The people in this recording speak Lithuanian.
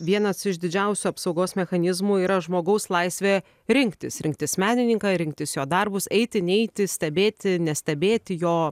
vienas iš didžiausių apsaugos mechanizmų yra žmogaus laisvė rinktis rinktis menininką rinktis jo darbus eiti neiti stebėti nestebėti jo